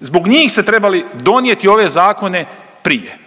zbog njih ste trebali donijeti ove zakone prije.